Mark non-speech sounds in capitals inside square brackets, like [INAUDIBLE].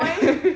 [LAUGHS]